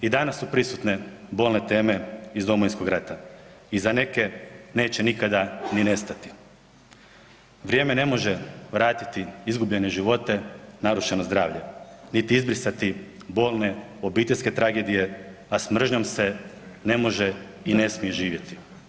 I danas su prisutne bolne teme iz Domovinskog rata i za neke neće nikada ni nestati, vrijeme ne može vratiti izgubljene živote, narušeno zdravlje niti izbrisati bolne obiteljske tragedije, a s mržnjom se ne može i ne smije živjeti.